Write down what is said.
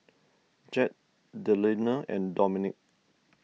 Jett Delina and Dominque